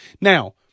Now